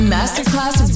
Masterclass